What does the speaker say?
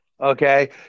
okay